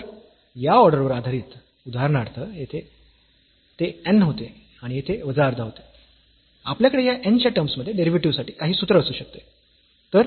तर या ऑर्डर वर आधारित उदाहरणार्थ येथे ते n होते किंवा येथे वजा अर्धा होते आपल्याकडे या n च्या टर्म्स मध्ये डेरिव्हेटिव्ह साठी काही सूत्र असू शकते